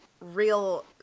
real